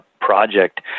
project